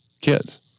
kids